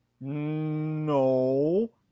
no